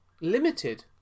limited